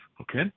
Okay